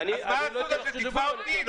--- על הגב שלהם?